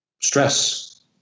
Stress